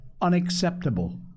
unacceptable